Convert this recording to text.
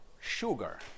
sugar